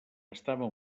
estava